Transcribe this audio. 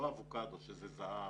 לא האבוקדו שזה זהב,